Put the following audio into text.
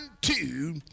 two